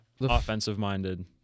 offensive-minded